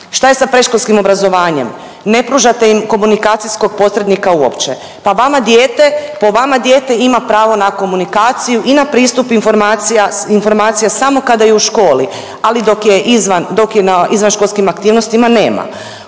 Šta je sa predškolskim obrazovanjem? Ne pružate im komunikacijskog posrednika uopće. Pa vam dijete, po vama dijete ima pravo na komunikaciju i na pristup informacija samo kada je u školi, ali dok je izvan, dok je na izvanškolskim aktivnostima nema.